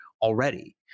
already